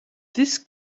this